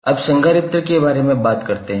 अब संधारित्र के बारे में बात करते हैं